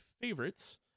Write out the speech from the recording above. favorites